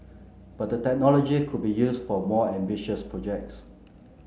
but the technology could be used for more ambitious projects